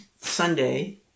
Sunday